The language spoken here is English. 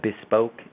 bespoke